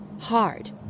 hard